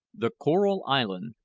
the coral island,